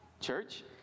church